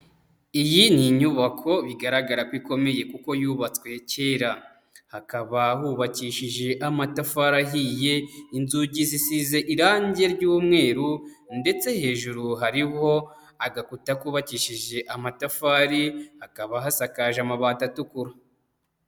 Iyi ni inyubako bigaragara ko ikomeye kuko yubatswe kera. Hakaba hubakishije amatafari ahiye, inzugi zisize irangi ry'umweru ndetse hejuru hariho agakuta kubakishije amatafari, hakaba hasakaje amabati atukura.